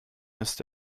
ist